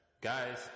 Guys